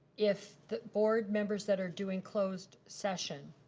if the board members that are doing closed session,